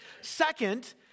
Second